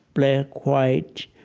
black, white,